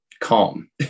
calm